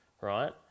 right